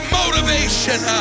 motivation